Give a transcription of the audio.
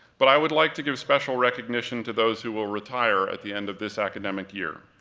but i would like to give special recognition to those who will retire at the end of this academic year.